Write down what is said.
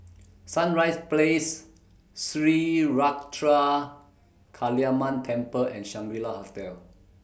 Sunrise Place Sri Ruthra Kaliamman Temple and Shangri La Hotel